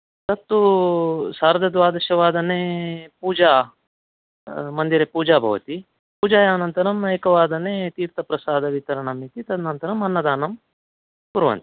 तत्तु सार्धद्वादशवादने पूजा मन्दिरे पूजा भवति पूजायाः अनन्तरम् एकवादने तीर्थप्रसादवितरणम् वितरण अनन्तरम् अन्नदानम् कुर्वन्ति